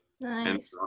Nice